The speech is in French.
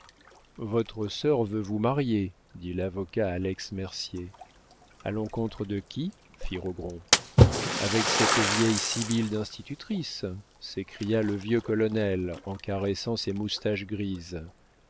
votre sœur veut vous marier dit l'avocat à lex mercier a l'encontre de qui fit rogron avec cette vieille sibylle d'institutrice s'écria le vieux colonel en caressant ses moustaches grises